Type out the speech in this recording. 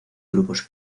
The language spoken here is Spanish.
grupos